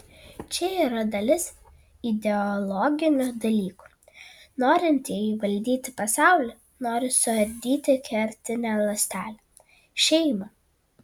čia yra dalis ideologinių dalykų norintieji valdyti pasaulį nori suardyti kertinę ląstelę šeimą